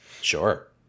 Sure